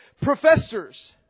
professors